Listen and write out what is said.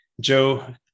Joe